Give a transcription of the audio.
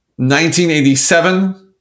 1987